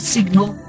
Signal